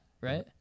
right